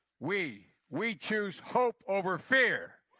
we we choose hope over fear.